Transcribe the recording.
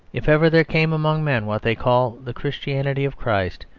if ever there came among men what they call the christianity of christ,